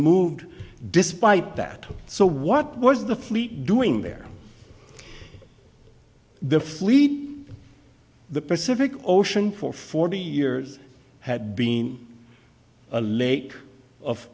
moved despite that so what was the fleet doing there the fleet the pacific ocean for forty years had been a lake of